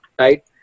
right